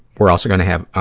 we're also gonna have, ah,